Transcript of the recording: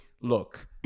look